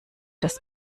das